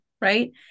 right